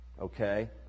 Okay